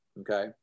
Okay